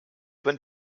went